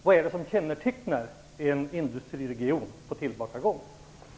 Vad är det som kännetecknar en industriregion på tillbakagång, Anders Sundström?